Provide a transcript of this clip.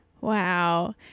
wow